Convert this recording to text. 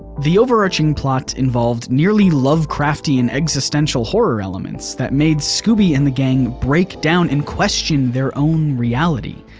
the overarching plot involved nearly lovecraft-y and existential horror elements that made scooby and the gang break down and questioned their own reality.